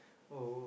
oh